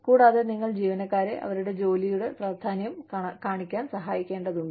കൂടാതെ നിങ്ങൾ ജീവനക്കാരെ അവരുടെ ജോലിയുടെ പ്രാധാന്യം കാണിക്കാൻ സഹായിക്കേണ്ടതുണ്ട്